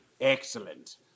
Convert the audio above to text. Excellent